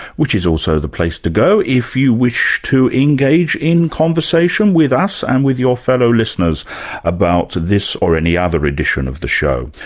which is also the place to go if you wish to engage in conversation with us and with your fellow listeners about this or any other edition of the show.